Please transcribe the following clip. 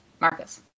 marcus